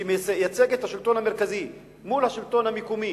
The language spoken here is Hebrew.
שמייצג את השלטון המרכזי מול השלטון המקומי,